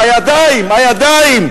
הידיים, הידיים.